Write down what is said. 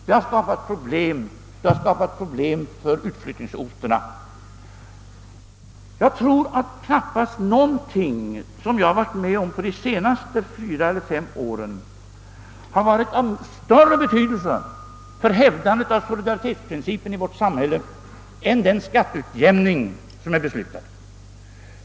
Detta har skapat problem för utflyttningsorterna. Jag tror, att knappast någonting som jag varit med om under de senaste fyra eller fem åren har varit av större betydelse för hävdandet av solidaritetsprincipen i vårt samhälle än den skatteutjämning som är beslutad.